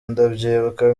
ndabyibuka